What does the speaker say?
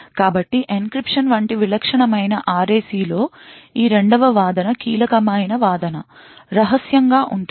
కాబట్టి ఎన్క్రిప్షన్ వంటి విలక్షణమైన RAC లో ఈ రెండవ వాదన కీలకమైన వాదన రహస్యంగా ఉంటుంది